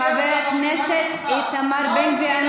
חבר הכנסת איתמר בן גביר.